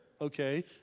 okay